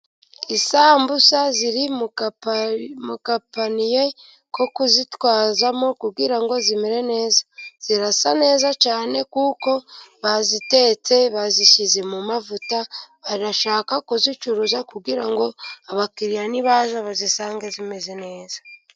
Isambusa ziri mu kagapaniye ko kuzitwazamo kugira ngo zimere neza zirasa neza cyane, kuko bazitetse bazishyize mu mavuta barashaka kuzicuruza kugira ngo abakiriya nibaza bazisange zimeze neza.